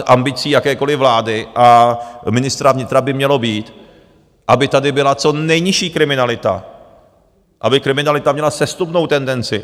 Ambicí jakékoliv vlády a ministra vnitra by snad mělo být, aby tady byla co nejnižší kriminalita, aby kriminalita měla sestupnou tendenci.